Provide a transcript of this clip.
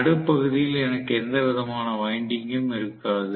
நடுப் பகுதியில் எனக்கு எந்தவிதமான வைண்டிங்கும் இருக்காது